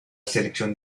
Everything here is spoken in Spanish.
selección